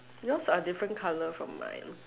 yours are different colour from mine